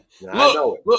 Look